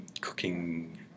cooking